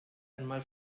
einmal